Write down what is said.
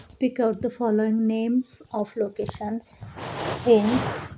speak out the following names of locations hen